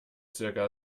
zirka